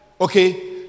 Okay